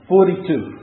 Forty-two